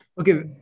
Okay